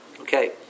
Okay